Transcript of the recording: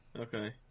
Okay